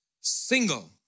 single